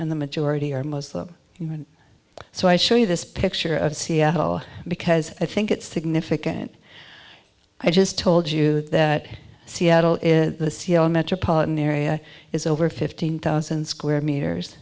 and the majority are muslim women so i show you this picture of seattle because i think it's significant i just told you that seattle is the c l metropolitan area is over fifteen thousand square meters